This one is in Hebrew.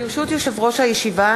ברשות יושב-ראש הישיבה,